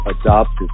adopted